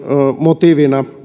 motiivina